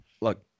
look